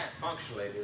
functionally